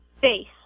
face